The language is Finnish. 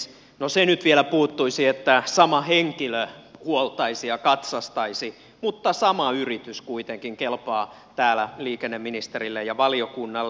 no se nyt vielä puuttuisi että sama henkilö huoltaisi ja katsastaisi mutta sama yritys kuitenkin kelpaa täällä liikenneministerille ja valiokunnalle